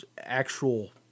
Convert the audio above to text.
actual